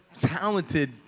talented